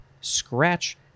scratch